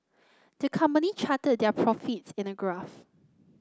the company charted their profits in a graph